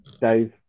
Dave